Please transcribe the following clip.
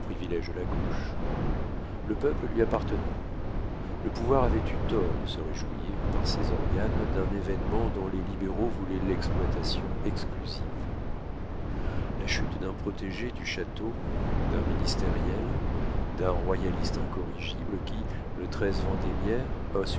privilége de la gauche le peuple lui appartenait le pouvoir avait eu tort de se réjouir par ses organes d'un événement dont les libéraux voulaient l'exploitation exclusive la chute d'un protégé du château d'un ministériel d'un royaliste incorrigible qui le vendémiaire